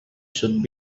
should